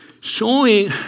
showing